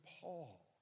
Paul